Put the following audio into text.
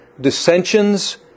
dissensions